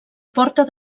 porta